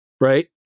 Right